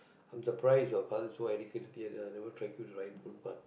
I'm surprised your father so educated yet never track you to the rightful path